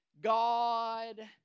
God